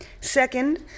Second